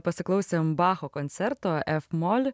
pasiklausėm bacho koncerto ef mol